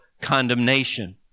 condemnation